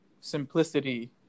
simplicity